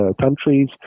countries